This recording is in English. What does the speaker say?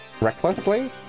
recklessly